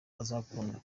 azakunda